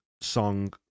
song